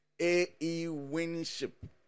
a-e-winship